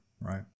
right